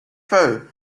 foe